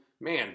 Man